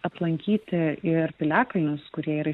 aplankyti ir piliakalnius kurie yra